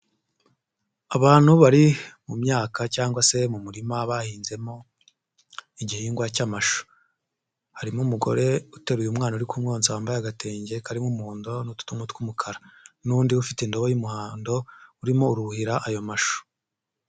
Abantu bari mu myaka cyangwa se mu murima bahinzemo igihingwa cy'amashu, harimo umugore uteruye umwana uri ku mwonsa wambaye agatenge karimo umuhondo n'utudomo tw'umukara n'undi ufite indobo y'umuhondo urimo uruhira ayo mashu.